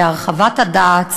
להרחבת הדעת,